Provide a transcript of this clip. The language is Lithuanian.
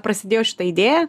prasidėjo šita idėja